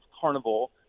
Carnival